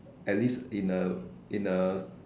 at least in a in a